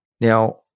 Now